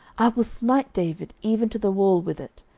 i will smite david even to the wall with it.